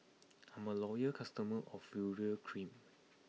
I'm a loyal customer of Urea Cream